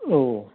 औ